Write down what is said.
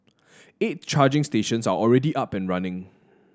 eight charging stations are already up and running